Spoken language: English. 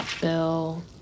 bill